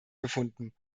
befunden